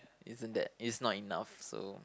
isn't that it's not enough so